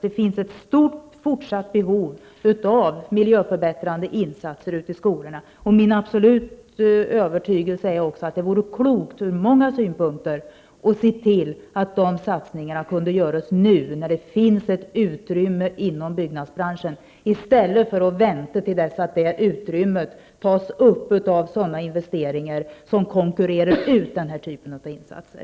Det finns ett stort fortsatt behov av miljöförbättrande insatser i skolorna. Min absoluta övertygelse är att det vore klokt från många synpunkter att se till att dessa satsningar kunde göras nu när det finns ett uttrymme inom byggnadsbranschen i stället för att vänta till dess detta utrymme tas i anspråk för sådana investeringar som konkurrerar ut denna typ av insatser.